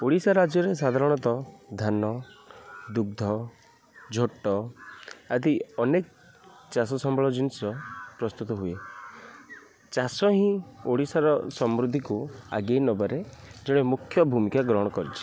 ଓଡ଼ିଶା ରାଜ୍ୟରେ ସାଧାରଣତଃ ଧାନ ଦୁଗ୍ଧ ଝୋଟ ଆଦି ଅନେକ ଚାଷ ସମ୍ବଳ ଜିନିଷ ପ୍ରସ୍ତୁତ ହୁଏ ଚାଷ ହିଁ ଓଡ଼ିଶାର ସମୃଦ୍ଧିକୁ ଆଗେଇ ନେବାରେ ମୁଖ୍ୟ ଭୂମିକା ଗ୍ରହଣ କରିଛି